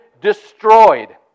destroyed